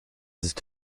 ist